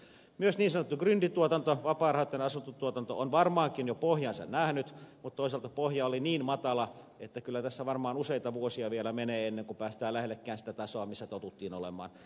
myös niin sanottu gryndituotanto vapaarahoitteinen asuntotuotanto on varmaankin jo pohjansa nähnyt mutta toisaalta pohja oli niin matala että kyllä tässä varmaan useita vuosia vielä menee ennen kuin päästään lähellekään sitä tasoa millä totuttiin olemaan